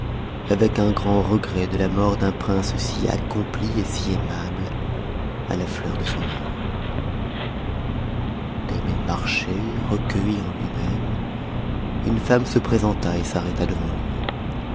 h tm grand regret de la mort d'un prince si accompli et si aimable à la ticurdcsonage connue h marchait recueilli en lui-même une tëmme se présenta et s n devant lui